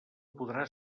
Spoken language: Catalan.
podrà